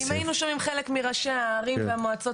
אם היינו שומעים חלק מראשי הערים והמועצות